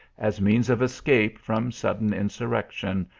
as means of escape from sudden in surrection,